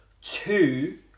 Two